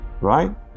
right